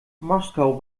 moskau